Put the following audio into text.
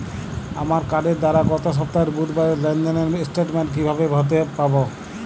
আমার কার্ডের দ্বারা গত সপ্তাহের বুধবারের লেনদেনের স্টেটমেন্ট কীভাবে হাতে পাব?